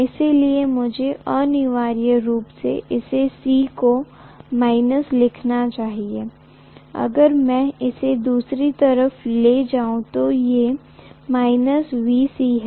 इसलिए मुझे अनिवार्य रूप से इस c को लिखना चाहिए अगर में इसे दूसरी तरफ ले जाऊ तो ये है